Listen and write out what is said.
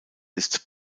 ist